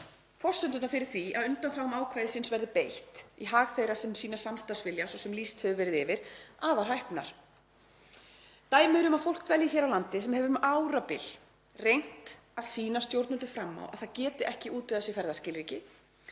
forsendurnar fyrir því að undanþáguákvæðinu verði beitt í hag þeirra sem sýna samstarfsvilja, svo sem lýst hefur verið yfir, afar hæpnar. Dæmi eru um að fólk dvelji hér á landi sem hefur um árabil reynt að sýna stjórnvöldum fram á að það geti ekki útvegað sér ferðaskilríki